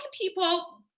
people